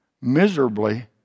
miserably